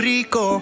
Rico